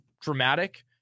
dramatic